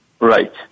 Right